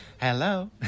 Hello